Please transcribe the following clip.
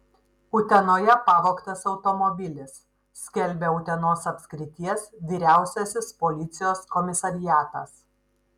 utenoje pavogtas automobilis skelbia utenos apskrities vyriausiasis policijos komisariatas